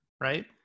right